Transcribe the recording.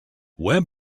web